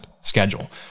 schedule